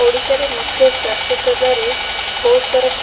ଓଡ଼ିଶାରେ ମୁଖ୍ୟ ସ୍ୱାସ୍ଥ୍ୟ ସେବାରେ ବହୁତ ସାରା